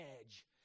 edge